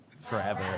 forever